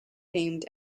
named